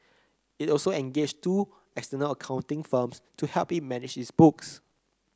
it also engaged two external accounting firms to help it manage its books